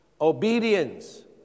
Obedience